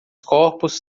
corpos